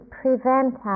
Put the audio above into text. prevent